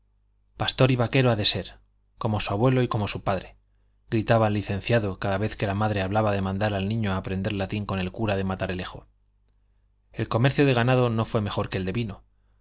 pastor y vaquero ha de ser como su abuelo y como su padre gritaba el licenciado cada vez que la madre hablaba de mandar al niño a aprender latín con el cura de matalerejo el comercio de ganado no fue mejor que el de vino